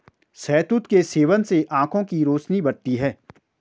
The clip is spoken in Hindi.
शहतूत के सेवन से आंखों की रोशनी बढ़ती है